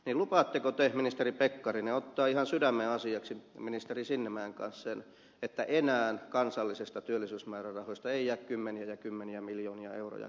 lupaatteko te ministeri pekkarinen ottaa ihan sydämen asiaksi ministeri sinnemäen kanssa sen että enää kansallisista työllisyysmäärärahoista ei jää kymmeniä ja kymmeniä miljoonia euroja käyttämättä